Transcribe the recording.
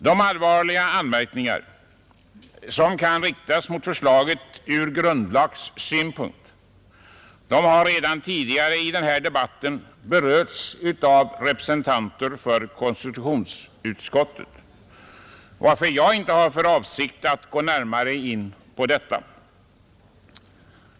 De allvarliga anmärkningar som kan riktas mot förslaget från grundlagssynpunkt har redan tidigare i denna debatt berörts av representanter för konstitutionsutskottet, varför jag inte har för avsikt att gå närmare in på detta.